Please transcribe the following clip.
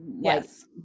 Yes